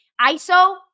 ISO